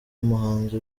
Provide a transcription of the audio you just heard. umuhanzi